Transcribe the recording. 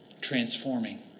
transforming